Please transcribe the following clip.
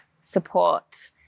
support